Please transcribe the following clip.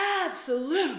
absolute